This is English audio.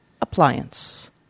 appliance